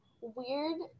weird